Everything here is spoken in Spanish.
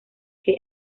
que